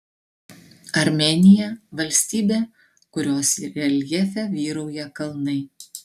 armėnija valstybė kurios reljefe vyrauja kalnai